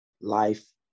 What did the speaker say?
life